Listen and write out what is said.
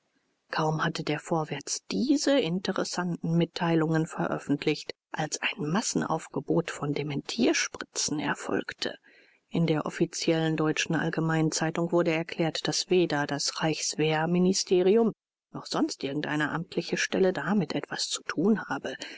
kaum hatte der vorwärts diese interessanten mitteilungen veröffentlicht als ein massenaufgebot von dementierspritzen erfolgte in der offiziösen deutschen allgemeinen zeitung wurde erklärt daß weder das reichswehrministerium noch sonst irgend eine amtliche stelle damit etwas zu tun habe